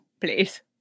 Please